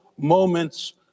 moments